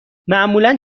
معمولا